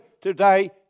today